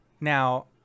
Now